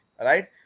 right